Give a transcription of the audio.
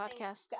podcast